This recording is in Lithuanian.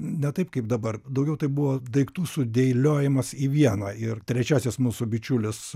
ne taip kaip dabar daugiau tai buvo daiktų sudėliojimas į vieną ir trečiasis mūsų bičiulis